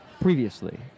Previously